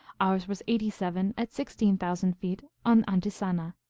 ours was eighty seven at sixteen thousand feet on antisana.